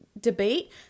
debate